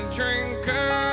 drinker